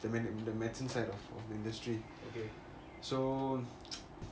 the medicine side of the industry so